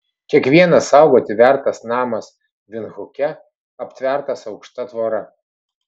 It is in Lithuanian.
kiekvienas saugoti vertas namas vindhuke aptvertas aukšta tvora